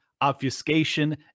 obfuscation